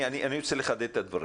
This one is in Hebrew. אני רוצה לחדד את הדברים.